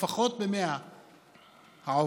לפחות במאה העוברת,